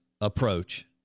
approach